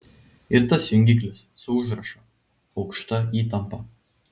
ir tas jungiklis su užrašu aukšta įtampa